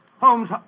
Holmes